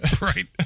Right